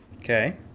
Okay